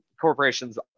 corporations